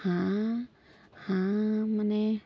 হাঁহ হাঁহ মানে